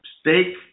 steak